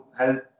help